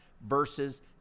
versus